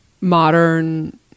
modern